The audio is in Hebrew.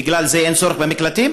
בגלל זה אין צורך במקלטים?